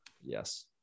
Yes